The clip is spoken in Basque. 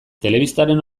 telebistaren